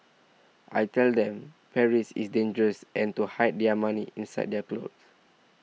I tell them Paris is dangerous and to hide their money inside their clothes